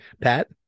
Pat